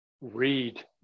read